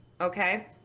okay